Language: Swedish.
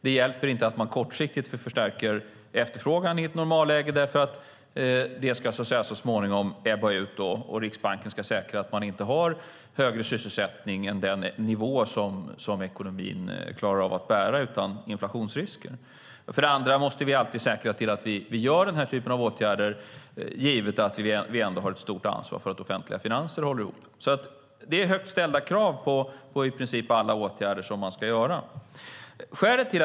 Det hjälper inte att man kortsiktigt förstärker efterfrågan i ett normalläge, därför att det så småningom ska ebba ut, och Riksbanken ska säkra att man inte har högre sysselsättning än den nivå som ekonomin klarar av att bära utan inflationsrisker. För det andra måste vi alltid säkra att vi gör den här typen av åtgärder givet att vi ändå har ett stort ansvar för att offentliga finanser håller ihop. Det är alltså högt ställda krav på i princip alla åtgärder som man ska göra.